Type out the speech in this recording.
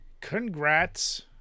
congrats